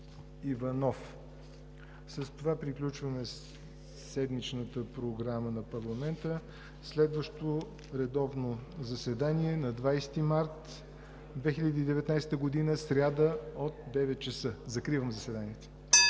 Иванов. С това приключваме седмичната програма на парламента. Следващото редовно заседание е на 20 март 2019 г., сряда, от 9,00 ч. Закривам заседанието.